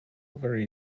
very